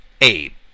ape